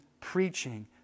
preaching